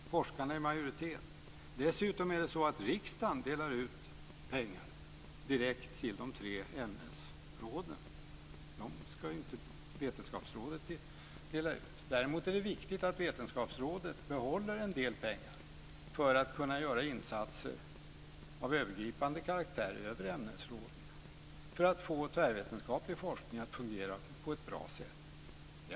Forskarna är i majoritet. Dessutom delar riksdagen ut pengar direkt till de tre ämnesråden. Dem ska inte Vetenskapsrådet dela ut. Däremot är det viktigt att Vetenskapsrådet behåller en del pengar för att kunna göra insatser av övergripande karaktär, för att få tvärvetenskaplig forskning att fungera på ett bra sätt.